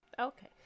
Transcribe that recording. Okay